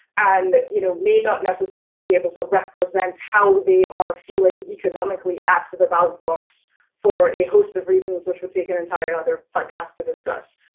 and, you know, may not necessarily be able to represent how they are feeling economically at the ballot box for a host of reasons which would take an entire other podcasts to discuss.